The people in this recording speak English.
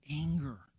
anger